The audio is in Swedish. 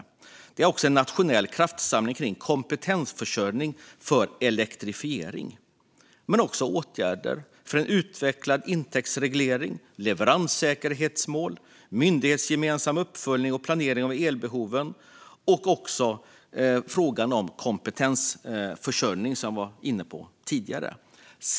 Den innehåller också en nationell kraftsamling kring kompetensförsörjning för elektrifiering, liksom åtgärder för en utvecklad intäktsreglering, leveranssäkerhetsmål, myndighetsgemensam uppföljning och planering av elbehovet samt frågan om kompetensförsörjning, som jag var inne på tidigare.